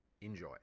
Enjoy